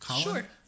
Sure